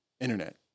Internet